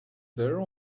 their